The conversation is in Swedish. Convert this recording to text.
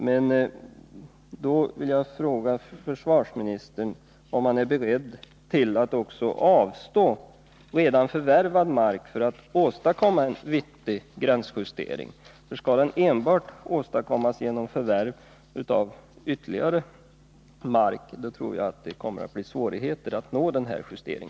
Därför vill jag fråga försvarsministern om han är beredd att medverka till att försvaret avstår från redan förvärvad mark för att åstadkomma en viktig gränsjustering. Skall den åstadkommas enbart genom förvärv av ytterligare mark, tror jag det blir svårigheter att nå denna justering.